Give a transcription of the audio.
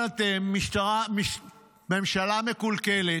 אבל אתם, ממשלה מקולקלת,